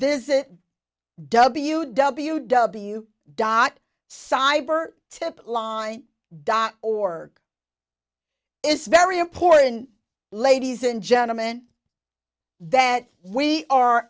visit w w w dot cyber tip line dot org it's very important ladies and gentleman that we are